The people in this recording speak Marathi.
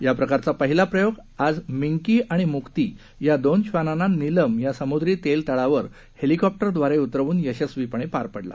या प्रकारचा पहिला प्रयोग आज मिंकी आणि मुक्ती या दोन श्वानांना नीलम या समुद्री तेल तळावर इॅलिकॉप्टरद्वारे उतरवून यशस्वीपणे पार पडला